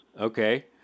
Okay